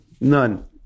none